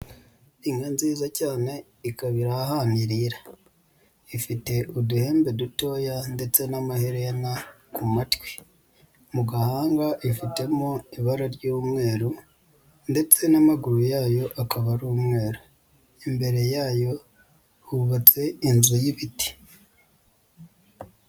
Inka nziza cyane ikaba iri ahantu irira. Ifite uduhembe dutoya ndetse n'amaherena ku matwi. Mu gahanga ifitemo ibara ry'umweru ndetse n'amaguru yayo akaba ari umweru. Imbere yayo hubatse inzu y'ibiti.